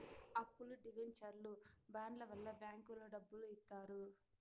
అప్పులు డివెంచర్లు బాండ్ల వల్ల బ్యాంకులో డబ్బులు ఇత్తారు